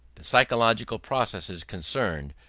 the physiological processes concerned,